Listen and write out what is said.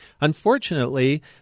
Unfortunately